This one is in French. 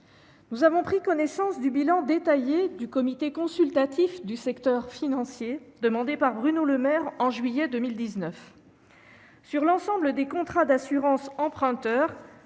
Nous avons$ pris connaissance du bilan détaillé du Comité consultatif du secteur financier (CCSF) demandé par Bruno Le Maire au mois de juillet 2019. Sur l'ensemble des contrats d'assurance emprunteur,